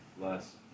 less